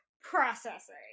processing